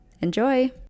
Enjoy